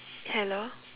hello